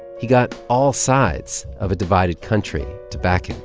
he got all sides of a divided country to back him